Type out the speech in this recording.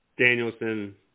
Danielson